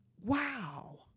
wow